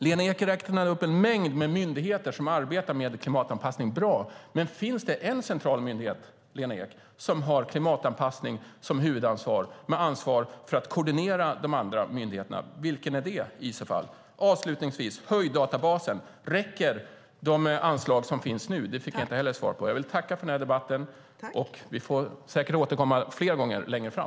Lena Ek räknade upp en mängd myndigheter som arbetar med klimatanpassning, bra, men finns det en central myndighet, Lena Ek, med klimatanpassning som huvudansvar, med ansvar att koordinera de andra myndigheterna? Vilken är det i så fall? Jag vill avslutningsvis också nämna höjddatabasen. Jag frågade ifall de anslag som nu finns räcker. Inte heller det fick jag svar på. Jag vill tacka för debatten. Vi får säkert anledning att återkomma fler gånger längre fram.